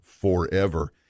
forever